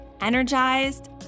energized